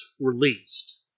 released